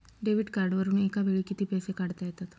Debit कार्डवरुन एका वेळी किती पैसे काढता येतात?